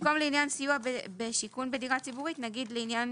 רק במקום לעניין סיוע בשיכון בדירה ציבורית נגיד לעניין